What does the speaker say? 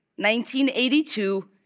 1982